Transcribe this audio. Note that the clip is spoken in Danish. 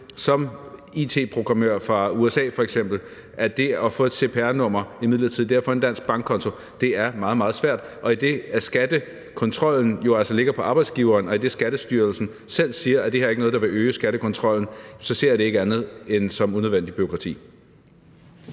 som it-programmør fra USA f.eks., er det at få et cpr-nr., det at få en dansk bankkonto meget, meget svært, og idet skattekontrollen jo ligger på arbejdsgiveren, og idet Skattestyrelsen selv siger, at det her ikke er noget, der vil øge skattekontrollen, ser jeg det ikke som andet end unødvendigt bureaukrati.